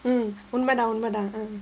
mm உண்மதா உண்மதா:unmathaa unmathaa